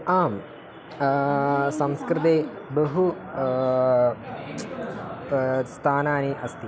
आम् संस्कृते बहूनि स्थानानि अस्ति